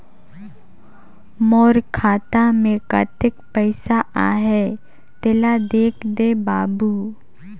मोर खाता मे कतेक पइसा आहाय तेला देख दे बाबु?